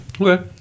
Okay